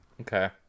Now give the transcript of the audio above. Okay